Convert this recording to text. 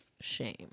shame